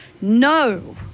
No